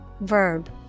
verb